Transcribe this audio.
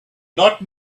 not